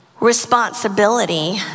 responsibility